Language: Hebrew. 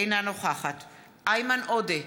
אינה נוכחת איימן עודה,